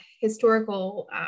historical